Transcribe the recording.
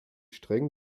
streng